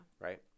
Right